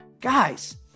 Guys